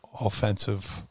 offensive